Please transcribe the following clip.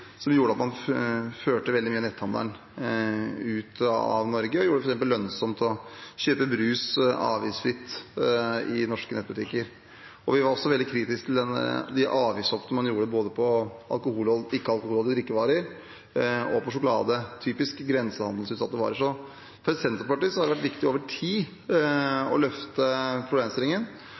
førte veldig mye av netthandelen ut av Norge og gjorde det f.eks. lønnsomt å kjøpe brus avgiftsfritt i norske nettbutikker. Vi var også veldig kritiske til de avgiftshoppene man gjorde, både på alkohol og ikke alkoholholdige drikkevarer og på sjokolade – typisk grensehandelsutsatte varer. Så for Senterpartiet har det vært viktig over tid å løfte problemstillingen,